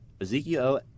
Ezekiel